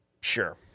Sure